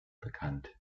bekannt